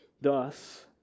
Thus